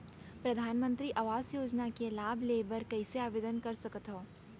परधानमंतरी आवास योजना के लाभ ले बर कइसे आवेदन कर सकथव?